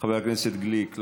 חבר הכנסת גליק,